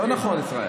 לא נכון, ישראל.